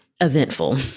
eventful